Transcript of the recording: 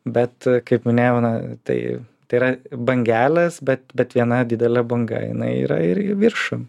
bet kaip minėjau na tai tai yra bangelės bet bet viena didelė banga jinai yra ir į viršų